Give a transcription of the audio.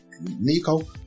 Nico